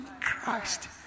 Christ